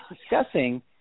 discussing